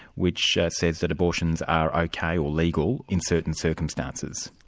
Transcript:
which says that abortions are ok, or legal in certain circumstances.